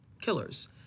killers